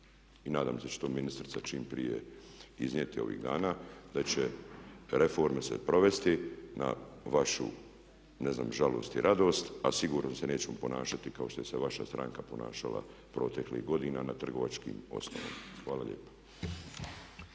i nadam se da će to ministrica čim prije iznijeti ovih dana, da će reforme se provesti na vašu ne znam žalost ili radost a sigurno se neću ponašati kao što se vaša stranka ponašala proteklih godina na trgovačkim osnovama. Hvala lijepa.